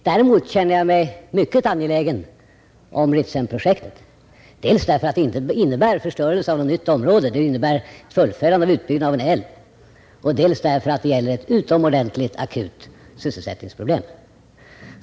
Däremot känner jag mig mycket angelägen om Ritsemprojektet, dels därför att det inte innebär förstörelse av någon orörd älv — det innebär ett fullföljande av en utbyggnad av en älv —, dels därför att det gäller ett utomordentligt akut sysselsättningsproblem.